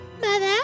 Mother